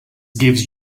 gives